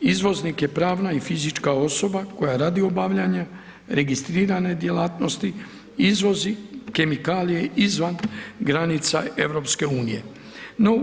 Izvoznik je pravna i fizička osoba koja radi obavljanja registrirane djelatnosti izvozi kemikalije izvan granice Europske unije.